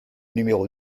numéro